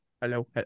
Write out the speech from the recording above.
Hello